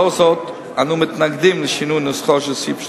לכן אנחנו מתנגדים לשינוי נוסחו של סעיף 30(א)